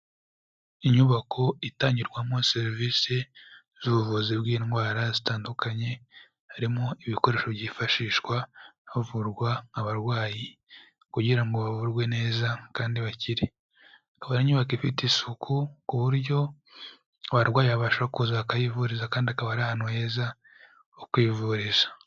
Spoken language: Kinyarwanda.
Inyubako itangirwamo serivisi z'ubuvuzi bw'indwara zitandukanye, harimo ibikoresho byifashishwa havurwa abarwayi kugira bavurwe neza kandi bakire, ikaba ari inyubako ifite isuku ku buryo abarwayi babasha kuza bakahivuriza kandi akaba ari ahantu heza ho kwivuriza.